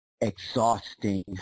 exhausting